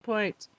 Point